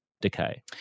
decay